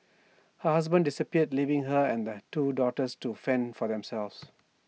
her husband disappeared leaving her and that two daughters to fend for themselves